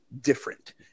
different